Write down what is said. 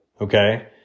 okay